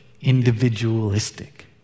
individualistic